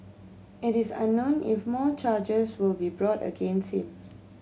it is unknown if more charges will be brought against him